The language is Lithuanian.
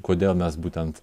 kodėl mes būtent